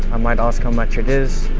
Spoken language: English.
i might ask how much it is,